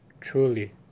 truly